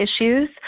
issues